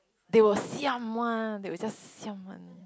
they will siam one they will just siam one